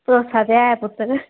भरोसा ते ऐ पुत्तर